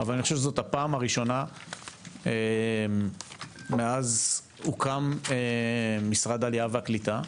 אבל אני חושב שזו הפעם הראשונה מאז הוקם משרד העלייה והקליטה,